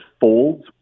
folds